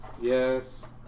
Yes